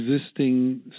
Existing